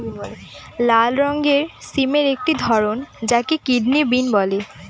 লাল রঙের সিমের একটি ধরন যাকে কিডনি বিন বলে